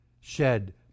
shed